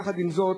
יחד עם זאת,